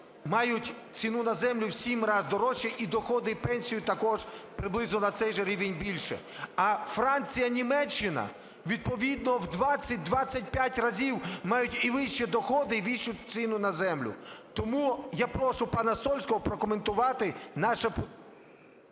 мають ціну на землю в 7 разів дорожче, і доходи, і пенсію також приблизно на цей же рівень більше. А Франція, Німеччина відповідно в 20-25 разів мають і вищі доходи, і вищу ціну на землю. Тому я прошу пана Сольського прокоментувати наше…